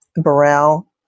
Burrell